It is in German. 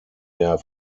der